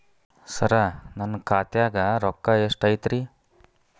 ಸರ ನನ್ನ ಖಾತ್ಯಾಗ ರೊಕ್ಕ ಎಷ್ಟು ಐತಿರಿ?